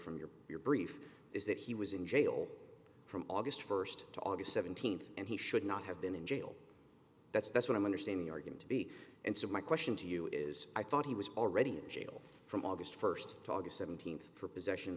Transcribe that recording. from your your brief is that he was in jail from august first to august seventeenth and he should not have been in jail that's that's what i'm understanding are going to be and so my question to you is i thought he was already in jail from august first talk to seventeenth for possession